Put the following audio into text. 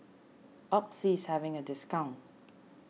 Oxy is having a discount